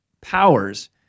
powers